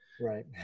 Right